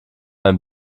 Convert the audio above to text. ein